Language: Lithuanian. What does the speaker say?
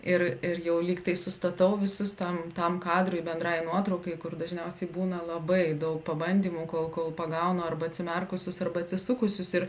ir ir jau lyg tai sustatau visus tam tam kadrui bendrai nuotraukai kur dažniausiai būna labai daug pabandymų kol kol pagaunu arba atsimerkusius arba atsisukusius ir